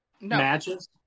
matches